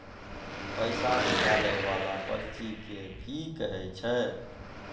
पैसा निकाले वाला पर्ची के की कहै छै?